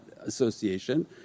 association